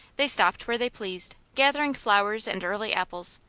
they stopped where they pleased, gathering flowers and early apples,